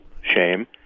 shame